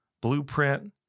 blueprint